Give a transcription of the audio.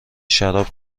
شراب